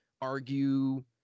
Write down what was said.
argue